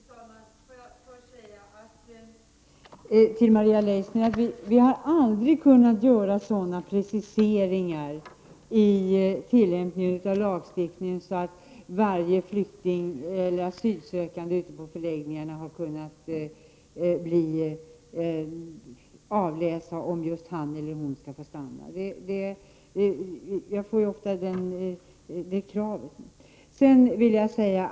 Fru talman! Först vill jag till Maria Leissner säga att det aldrig har varit möjligt att göra sådana preciseringar i tillämpningen av lagstiftningen att varje asylsökande ute på förläggningarna har kunnat avläsa om just han eller — Prot. 1989/90:60 hon skall få stanna. Det kravet ställs ju ofta på mig.